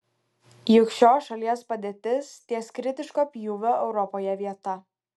juk šios šalies padėtis ties kritiško pjūvio europoje vieta